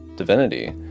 divinity